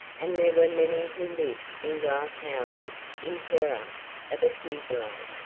and there were many who lived in glass houses in terror of a fusilade.